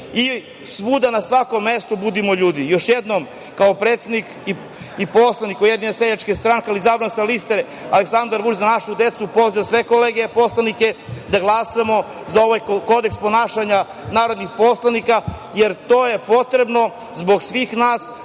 svuda na svakom mestu budimo ljudi. Još jednom, kao predsednik i poslanik Ujedinjene seljačke stranke izabran sa liste Aleksandar Vučić – Za našu decu, pozivam sve kolege poslanike da glasamo za ovaj kodeks ponašanja narodnih poslanika, jer to je potrebno zbog svih nas,